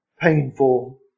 painful